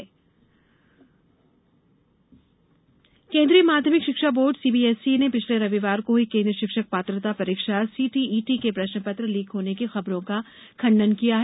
CBSE केंद्रीय माध्यमिक शिक्षा बोर्ड सीबीएसई ने पिछले रविवार को हुई केन्द्रीय शिक्षक पात्रता परीक्षा सीटीईटी के प्रश्नपत्र लीक होने की ख़बरों का खंडन किया है